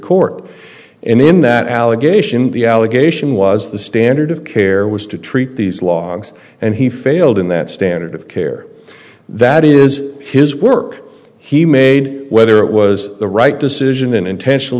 court and in that allegation the allegation was the standard of care was to treat these logs and he failed in that standard of care that is his work he made whether it was the right decision an intentional